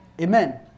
Amen